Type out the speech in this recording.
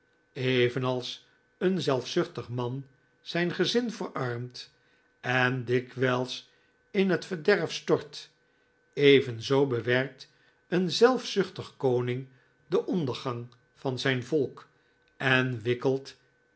evenals een zelfzuchtig man zijn gezin verarmt en dikwijls in het verderf stort evenzoo bewerkt een zelfzuchtig koning den ondergang van zijn volk en wikkelt